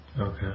Okay